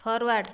forward